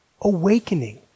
awakening